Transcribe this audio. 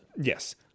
Yes